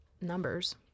numbers